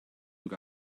look